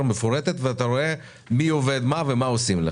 מפורטת ואתה רואה מי עובד על מה ומה עושים.